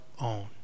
own